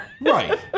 Right